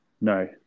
no